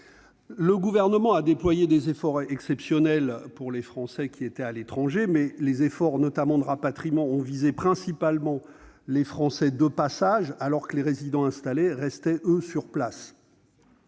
Le Gouvernement a déployé des efforts exceptionnels pour les Français qui étaient à l'étranger au début de la crise, mais les rapatriements ont visé principalement les Français de passage, alors que les résidents installés sont, eux, restés sur place.